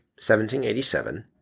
1787